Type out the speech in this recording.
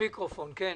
השר.